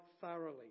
thoroughly